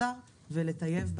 המנכ"לית רוצה להוסיף?